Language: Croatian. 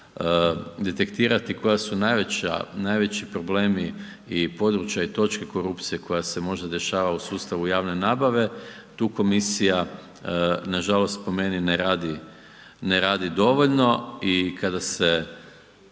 detektirati koji su najveći problemi i područja u točke korupcije koja se možda dešava u sustavu javne nabave, tu komisija nažalost po meni ne radi dovoljno i kada se